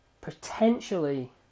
potentially